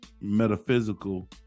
metaphysical